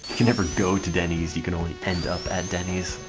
you can never go to dennys, you can only end up at dennys